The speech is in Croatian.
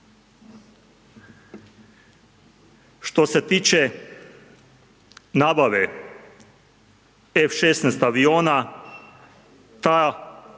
Što se tiče nabave F16 aviona to je